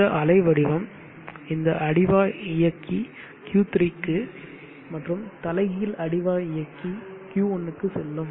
இந்த அலை வடிவம் இந்த அடிவாய் இயக்கி Q3 க்கு மற்றும் தலைகீழ் அடிவாய் இயக்கி Q1 க்கு செல்லும்